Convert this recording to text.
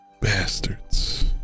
Bastards